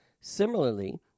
Similarly